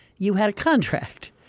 you had a contract.